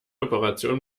operationen